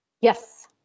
Yes